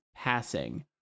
passing